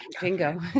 Bingo